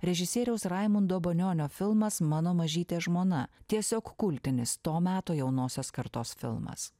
režisieriaus raimundo banionio filmas mano mažytė žmona tiesiog kultinis to meto jaunosios kartos filmas